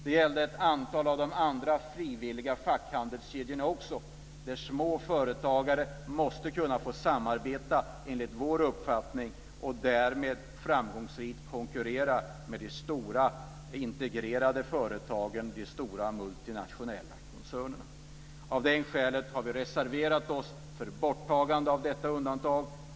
Det gällde också ett antal av de andra frivilliga fackhandelskedjorna. Små företagare måste enligt vår uppfattning kunna få samarbeta och därmed framgångsrikt konkurrera med de stora integrerade företagen och de stora multinationella koncernerna. Vi har av det skälet reserverat oss mot borttagande av detta undantag.